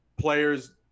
players